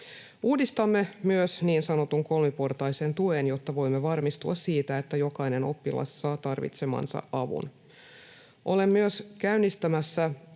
Uudistamme myös niin sanotun kolmiportaisen tuen, jotta voimme varmistua siitä, että jokainen oppilas saa tarvitsemansa avun. Olen myös käynnistämässä